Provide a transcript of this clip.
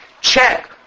check